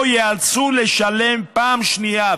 לא ייאלצו לשלם פעם שנייה,